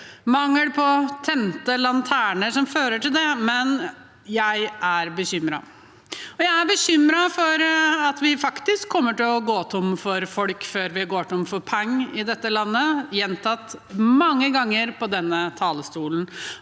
mangel på tente lanterner som fører til det, men jeg er bekymret. Jeg er bekymret for at vi faktisk kommer til å gå tom for folk før vi går tom for penger i dette landet, noe som er gjentatt mange ganger på denne talerstolen.